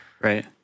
Right